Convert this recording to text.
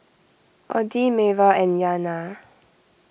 Audie Mayra and Iyana